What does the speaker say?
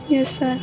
yes sir